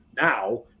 now